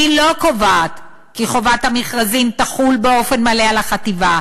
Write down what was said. היא לא קובעת כי חוק חובת המכרזים יחול באופן מלא על החטיבה,